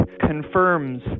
confirms